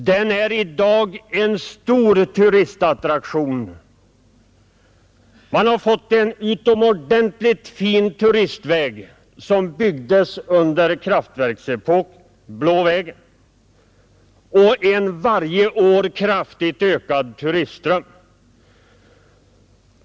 Den är i dag en stor turistattraktion. Man har fått en utomordentligt fin turistväg som byggdes under kraftverksepoken, Blå vägen, och en varje år kraftigt ökad turistström.